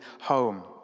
home